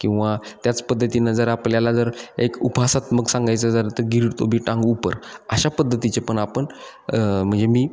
किंवा त्याच पद्धतीनं जर आपल्याला जर एक उपहासात्मक सांगायचं झालं तं गिरतोबी टांग उपर अशा पद्धतीचे पण आपण म्हणजे मी